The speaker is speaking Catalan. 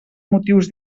motius